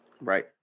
Right